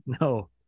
No